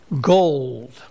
gold